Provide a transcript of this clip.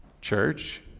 church